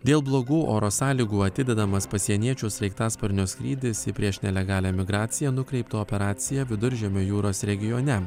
dėl blogų oro sąlygų atidedamas pasieniečių sraigtasparnio skrydis į prieš nelegalią migraciją nukreiptą operaciją viduržemio jūros regione